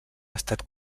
estat